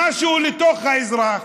משהו לאזרח,